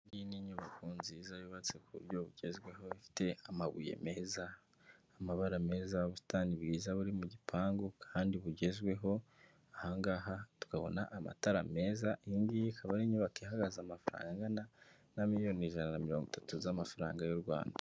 Iyi ni inyubako nziza yubatse ku buryo bugezweho ifite amabuye meza, amabara meza, ubusitani bwiza buri mu gipangu kandi bugezweho, aha ngaha tukabona amatara meza, iyi ngiyi ikaba ari inyubako ihagaze amafaranga angana na miriyoni ijana na mirongo itatu z'amafaranga y'u Rwanda.